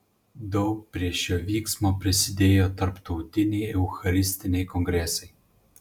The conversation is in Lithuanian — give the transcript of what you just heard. daug prie šio vyksmo prisidėjo tarptautiniai eucharistiniai kongresai